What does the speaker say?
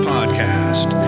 Podcast